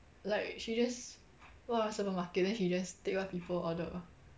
like she just go around supermarket then she just take what people order